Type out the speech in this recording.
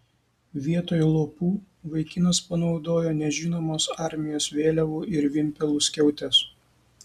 vietoj lopų vaikinas panaudojo nežinomos armijos vėliavų ir vimpelų skiautes